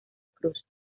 cruz